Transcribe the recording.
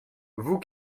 vous